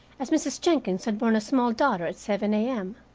as mrs. jenkins had borne a small daughter at seven a m.